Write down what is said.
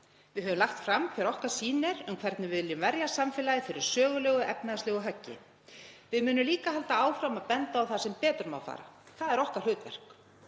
Við höfum lagt fram hver okkar sýn er um hvernig við viljum verja samfélagið fyrir sögulegu efnahagslegu höggi. Við munum líka halda áfram að benda á það sem betur má fara. Það er okkar hlutverk.